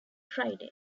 friday